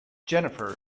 jennifer